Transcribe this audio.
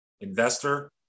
investor